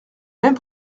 même